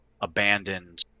abandoned